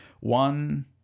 One